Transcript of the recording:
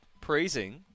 praising